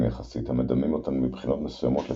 יחסית המדמים אותן מבחינות מסוימות לצרעות,